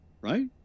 right